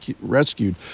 rescued